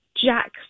Jack